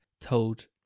told